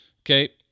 Okay